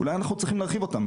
אולי אנחנו צריכים להרחיב אותם.